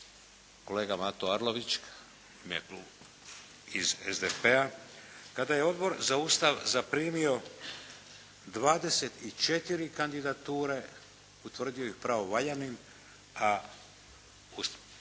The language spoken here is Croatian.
kolega Mato Arlović iz SDP-a kada je Odbor za Ustav zaprimio 24 kandidature, utvrdio ih pravovaljanim, a u Sabor